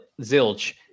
zilch